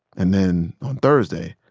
and then, on thursday,